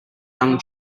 young